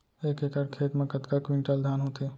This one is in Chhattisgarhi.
एक एकड़ खेत मा कतका क्विंटल धान होथे?